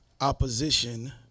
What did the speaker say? opposition